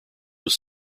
was